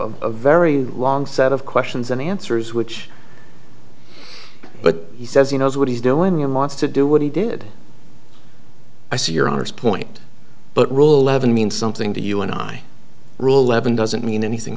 a very long set of questions and answers which but he says he knows what he's doing and wants to do what he did i say your honor's point but rule eleven means something to you and i rule eleven doesn't mean anything